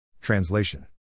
Translation